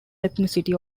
ethnicity